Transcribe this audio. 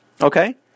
Okay